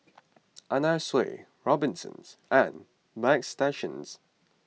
Anna Sui Robinsons and Bagstationz